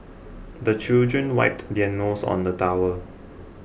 the children wiped their noses on the towel